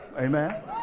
amen